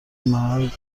محل